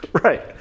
Right